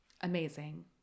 Amazing